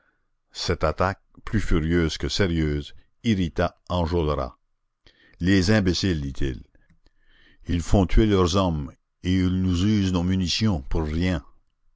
cette attaque plus furieuse que sérieuse irrita enjolras les imbéciles dit-il ils font tuer leurs hommes et ils nous usent nos munitions pour rien